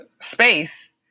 space